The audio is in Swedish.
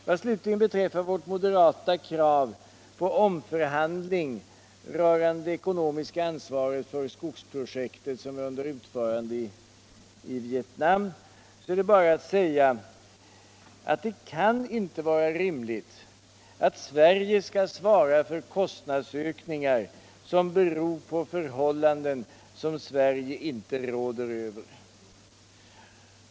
:| Vad slutligen beträffar det moderata kravet på omförhandling rörande det ekonomiska ansvaretför skogsprojektet som är under utförande i Vietnam är bara att säga att det kan inte vara rimligt att Sverige skall svara för kostnadsökningar som beror på förhållanden som Sverige inte råder över.